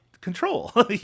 control